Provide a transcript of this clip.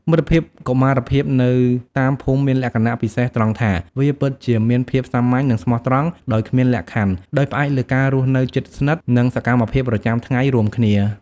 មិត្តភាពកុមារភាពនៅតាមភូមិមានលក្ខណៈពិសេសត្រង់ថា វាពិតជាមានភាពសាមញ្ញនិងស្មោះត្រង់ដោយគ្មានលក្ខខណ្ឌ ដោយផ្អែកលើការរស់នៅជិតស្និទ្ធនិងសកម្មភាពប្រចាំថ្ងៃរួមគ្នា។